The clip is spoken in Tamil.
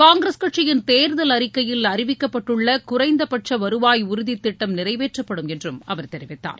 காங்கிரஸ் கட்சியின் தேர்தல் அறிக்கையில் அறிவிக்கப்பட்டுள்ள குறைந்தபட்ச வருவாய் உறுதி திட்டம் நிறைவேற்றப்படும் என்றும் அவர் தெரிவித்தார்